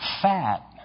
fat